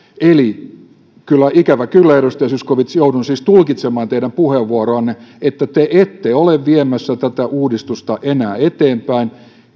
eli ikävä kyllä edustaja zyskowicz joudun siis tulkitsemaan teidän puheenvuoroanne niin että te ette ole viemässä tätä uudistusta enää eteenpäin